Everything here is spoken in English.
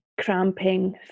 cramping